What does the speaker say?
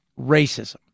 racism